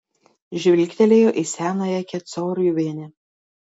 žvilgtelėjo į senąją kecoriuvienę